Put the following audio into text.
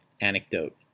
anecdote